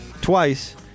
twice